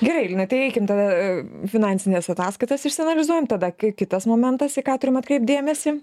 gerai linai tai eikim tada finansines ataskaitas išsianalizuojam tada kai kitas momentas į ką turim atkreipt dėmesį